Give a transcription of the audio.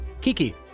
Kiki